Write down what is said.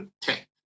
protect